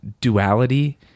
duality